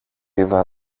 είδα